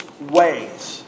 ways